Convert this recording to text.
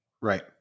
Right